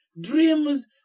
dreams